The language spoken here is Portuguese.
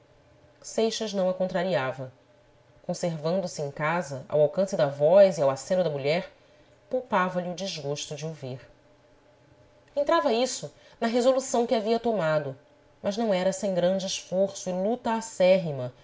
seixas não a contrariava conservando-se em casa ao alcance da voz e ao aceno da mulher poupava lhe o desgosto de o ver entrava isso na resolução que havia tomado mas não era sem grande esforço e luta acérrima